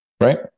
Right